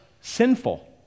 sinful